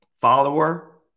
Follower